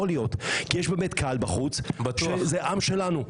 יכול להיות, כי יש קהל בחוץ שהוא העם שלנו.